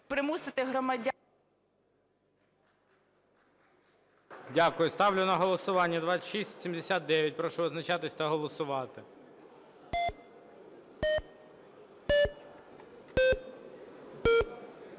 примусити громадян… ГОЛОВУЮЧИЙ. Дякую. Ставлю на голосування 2679. Прошу визначатися та голосувати.